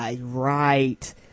Right